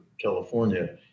California